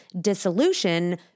dissolution